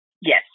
Yes